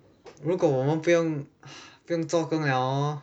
如果我们不用 作工了 hor